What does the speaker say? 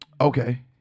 Okay